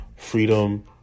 freedom